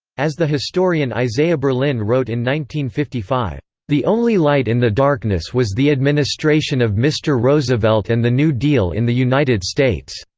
as the historian isaiah berlin wrote in one fifty five the only light in the darkness was the administration of mr. roosevelt and the new deal in the united states